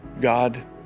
God